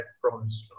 promise